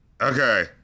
Okay